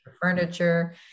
furniture